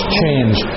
change